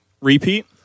repeat